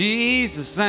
Jesus